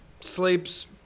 sleeps